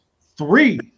Three